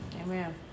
Amen